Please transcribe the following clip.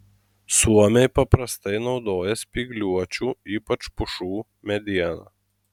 suomiai paprastai naudoja spygliuočių ypač pušų medieną